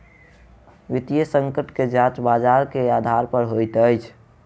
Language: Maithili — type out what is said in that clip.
वित्तीय संकट के जांच बजार के आधार पर होइत अछि